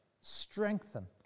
strengthen